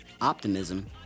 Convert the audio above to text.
optimism